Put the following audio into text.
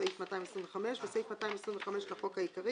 סעיף 225. תיקון סעיף 225 2. בסעיף 225 לחוק העיקרי,